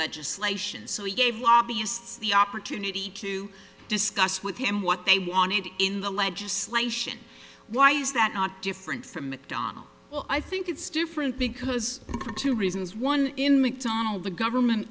legislation so he gave lobbyists the opportunity to discuss with him what they wanted in the legislation why is that not different from mcdonnell well i think it's different because for two reasons one in mcdonald the government